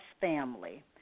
Family